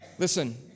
Listen